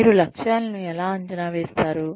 మీరు లక్ష్యాలను ఎలా అంచనా వేస్తారు